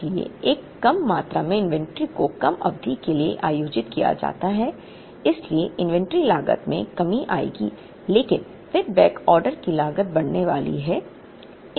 इसलिए एक कम मात्रा में इन्वेंट्री को कम अवधि के लिए आयोजित किया जाता है इसलिए इन्वेंट्री लागत में कमी आएगी लेकिन फिर बैकऑर्डर की लागत बढ़ने वाली है